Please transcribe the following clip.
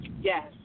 Yes